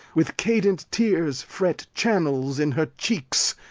with cadent tears fret channels in her cheeks,